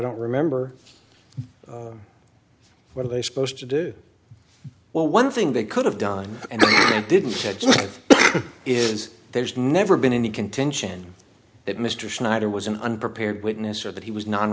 don't remember what are they supposed to do well one thing they could have done and didn't said is there's never been any contention that mr snyder was an unprepared witness or that he was non